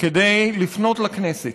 כדי לפנות לכנסת,